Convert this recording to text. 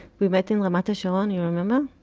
we met in ramat hasharon, you remember?